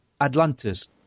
Atlantis